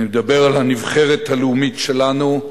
אני מדבר על הנבחרת הלאומית שלנו,